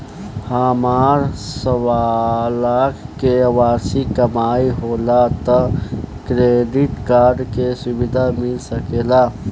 हमार सवालाख के वार्षिक कमाई होला त क्रेडिट कार्ड के सुविधा मिल सकेला का?